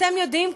אתם יודעים?